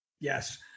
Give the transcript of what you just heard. Yes